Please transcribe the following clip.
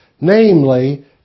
namely